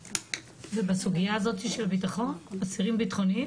ובסוגייה הזאתי של בטחון, אסירים ביטחוניים?